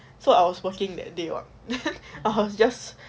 so I was working that day I was just